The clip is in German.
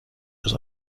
des